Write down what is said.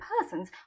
persons